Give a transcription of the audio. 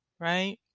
Right